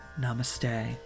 Namaste